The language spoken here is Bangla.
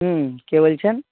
হুম কে বলছেন